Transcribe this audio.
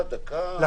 (היו"ר יעקב אשר, 11:55) מה קרה?